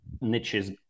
niches